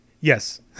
Yes